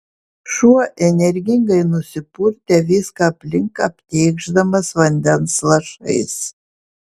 šuo energingai nusipurtė viską aplink aptėkšdamas vandens lašais